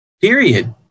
Period